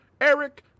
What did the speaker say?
Eric